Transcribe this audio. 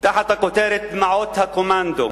תחת הכותרת: דמעות הקומנדו.